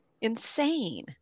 Insane